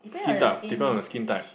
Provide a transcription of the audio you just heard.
skin type depend on your skin type